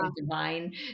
divine